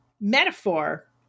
metaphor